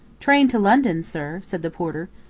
train to london, sir? said the porter.